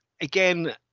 again